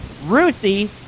Ruthie